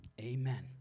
Amen